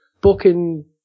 booking